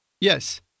Yes